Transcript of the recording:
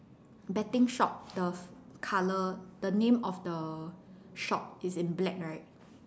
betting shop the colour the name of the shop is in black right